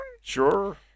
Sure